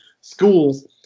schools